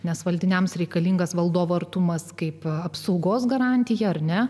nes valdiniams reikalingas valdovo artumas kaip apsaugos garantija ar ne